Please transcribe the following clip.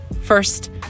First